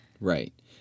Right